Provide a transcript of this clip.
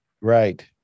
Right